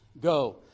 Go